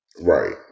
Right